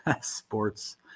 Sports